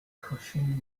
cushion